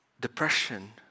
depression